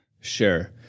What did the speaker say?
Sure